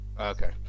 Okay